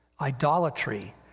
idolatry